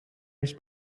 his